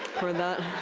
for that